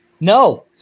No